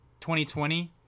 2020